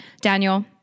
Daniel